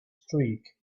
streak